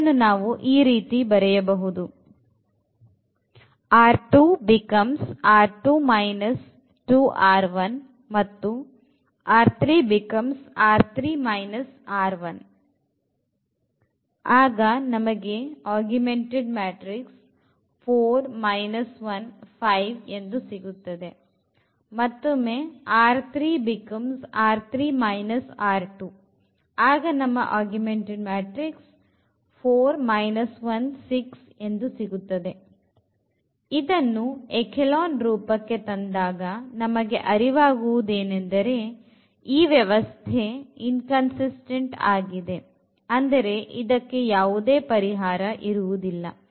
ಅದನ್ನು ನಾವು ಈ ರೀತಿ ಬರೆಯಬಹುದು ಮತ್ತು ಇದನ್ನು echelon ರೂಪಕ್ಕೆ ತಂದಾಗ ನಮಗೆ ಅರಿವಾಗುವುದು ಏನೆಂದರೆ ಈ ವ್ಯವಸ್ಥೆ inconsistent ಆಗಿದೆ ಅಂದರೆ ಇದಕ್ಕೆ ಯಾವುದೇ ಪರಿಹಾರ ಇರುವುದಿಲ್ಲ